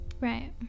Right